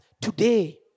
today